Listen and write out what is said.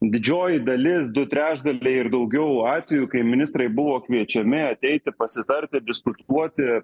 didžioji dalis du trečdaliai ir daugiau atvejų kai ministrai buvo kviečiami ateiti pasitarti diskutuoti